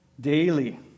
Daily